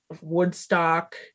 Woodstock